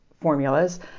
formulas